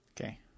Okay